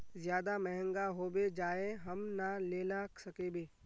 ज्यादा महंगा होबे जाए हम ना लेला सकेबे?